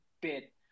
bit